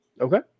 Okay